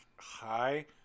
hi